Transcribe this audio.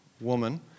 woman